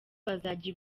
bazajya